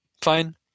Fine